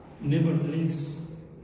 Nevertheless